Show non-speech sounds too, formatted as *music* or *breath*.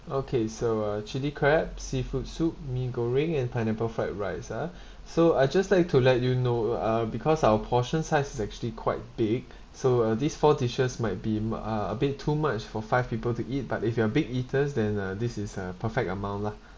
okay so uh chilli crab seafood soup mee goreng and pineapple fried rice ah *breath* so I just like to let you know uh because our portion size is actually quite big so uh these four dishes might be mu~ uh a bit too much for five people to eat but if you are big eaters then uh this is uh perfect amount lah